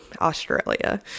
Australia